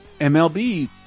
MLB